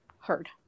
heard